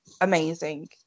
amazing